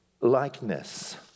likeness